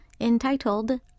entitled